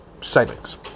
savings